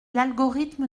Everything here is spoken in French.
l’algorithme